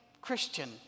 Christian